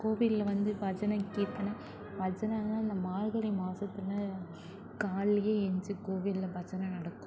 கோவிலில் வந்து பஜனை கீர்த்தனை பஜனைலாம் இந்த மார்கழி மாசத்தில் காலையில் ஏழுந்ச்சி கோவிலில் பஜனை நடக்கும்